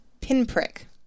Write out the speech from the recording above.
pinprick